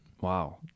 wow